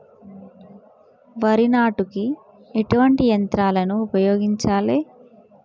వరి నాటుకు ఎటువంటి యంత్రాలను ఉపయోగించాలే?